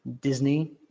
Disney